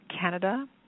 Canada